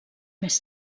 més